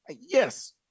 yes